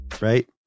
right